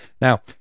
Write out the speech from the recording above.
Now